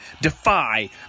Defy